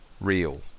real